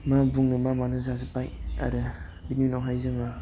मा बुंनो मा मानो जाजोब्बाय आरो बिनि उनावहाय जोङो